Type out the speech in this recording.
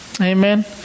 Amen